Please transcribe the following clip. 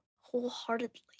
wholeheartedly